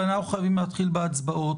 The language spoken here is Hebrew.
אבל אנחנו חייבים להתחיל בהצבעות.